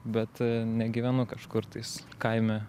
bet negyvenu kažkur tais kaime